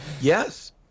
Yes